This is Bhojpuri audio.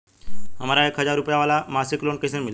हमरा एक हज़ार रुपया वाला मासिक लोन कईसे मिली?